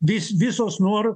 vis visos nor